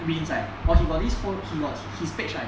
wins right !wah! he got this who~ he got his page right